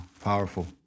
powerful